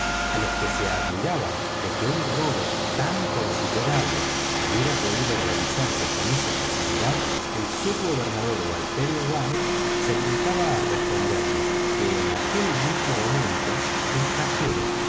a los que se admiraban de que un robo tan considerable hubiera podido realizarse con esa facilidad el subgobernador gualterio ralph se limitaba a responder que en aquel mismo momento el cajero